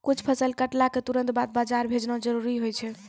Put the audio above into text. कुछ फसल कटला क तुरंत बाद बाजार भेजना जरूरी होय छै